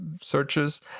searches